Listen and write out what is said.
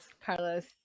carlos